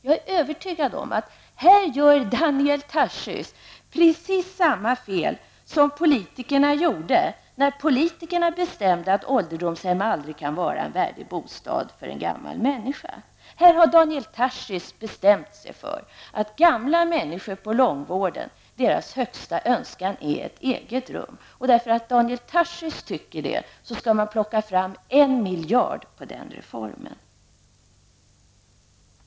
Jag är övertygad om att Daniel Tarschys här gör precis samma fel som politikerna gjorde när politikerna bestämde att ålderdomshem aldrig kan vara en värdig bostad för en gammal människa. Här har Daniel Tarschys bestämt sig för att gamla människor inom långvården har som högsta önskan ett eget rum. Därför att Daniel Tarschys tycker så skall man plocka fram 1 miljard kronor för den reformen.